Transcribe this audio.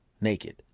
naked